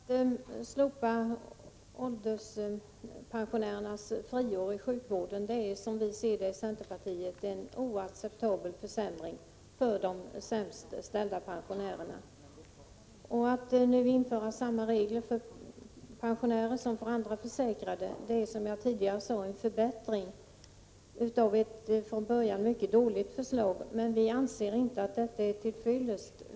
Herr talman! Att slopa ålderspensionärernas friår i sjukvården ser vi i centerpartiet som en oacceptabel försämring för de sämst ställda pensionärerna. Att införa samma regler för pensionärer som för andra försäkrade är, som jag tidigare sade, en förbättring av ett från början mycket dåligt förslag. Vi anser emellertid inte att detta är till fyllest.